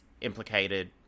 implicated